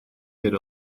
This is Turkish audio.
yer